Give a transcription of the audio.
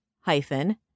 hyphen